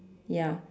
ya